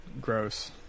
gross